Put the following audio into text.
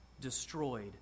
destroyed